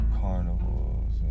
carnivals